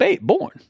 Born